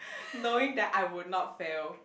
knowing that I would not fail